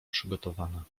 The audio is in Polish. przygotowana